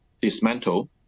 dismantle